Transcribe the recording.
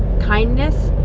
kindness,